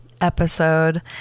episode